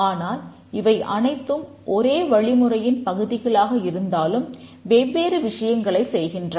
ஆனால் இவை அனைத்தும் ஒரே வழிமுறையின் பகுதிகளாக இருந்தாலும் வெவ்வேறு விஷயங்களைச் செய்கின்றன